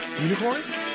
Unicorns